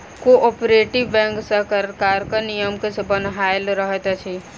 cooperative bank सरकारक नियम सॅ बन्हायल रहैत अछि